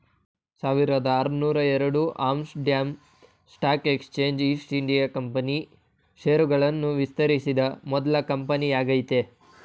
ಸಾವಿರದಆರುನೂರುಎರಡು Amsterdam stock exchange east India company ಷೇರುಗಳನ್ನು ವಿತರಿಸಿದ ಮೊದ್ಲ ಕಂಪನಿಯಾಗೈತೆ